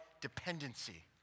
dependency